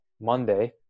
Monday